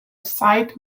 site